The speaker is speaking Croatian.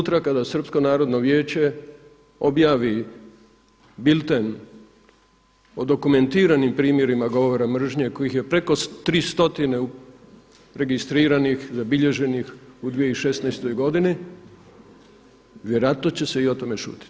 Sutra kada Srpsko narodno vijeće objavi bilten o dokumentiranim primjerima govora mržnje kojih je preko 3 stotine registriranih, zabilježenih u 2016. godini vjerojatno će se i o tome šutjeti.